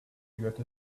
got